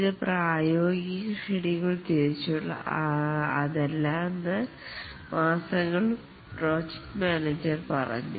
ഇത് പ്രായോഗിക ഷെഡ്യൂൾ തിരിച്ചുള്ള അതല്ലെന്ന് മാസങ്ങളും പ്രോജക്ട് മാനേജർ പറയും